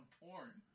porn